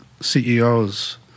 CEOs